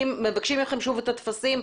מבקשים מכם שוב את הטפסים?